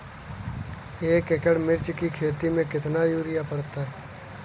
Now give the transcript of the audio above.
एक एकड़ मिर्च की खेती में कितना यूरिया पड़ता है?